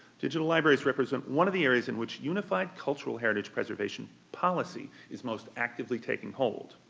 digital libraries represent one of the areas in which unified cultural heritage preservation policy is most actively taking hold.